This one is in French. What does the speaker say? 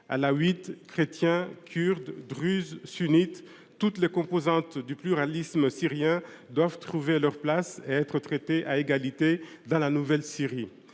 Alaouites, Chrétiens, Kurdes, Druzes, Sunnites, toutes les composantes du pluralisme syrien doivent trouver leur place et être traitées à égalité dans la nouvelle Syrie.